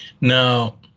now